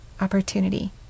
opportunity